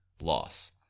loss